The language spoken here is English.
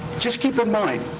just keep in mind,